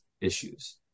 issues